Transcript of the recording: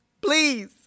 please